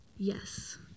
Yes